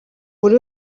buri